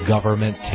Government